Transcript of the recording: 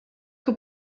que